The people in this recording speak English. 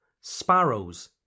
Sparrows